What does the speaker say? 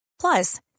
Plus